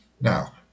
Now